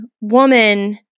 woman